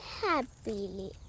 happily